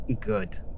Good